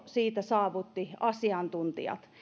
siitä saavutti asiantuntijat